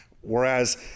whereas